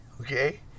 Okay